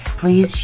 please